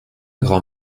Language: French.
grand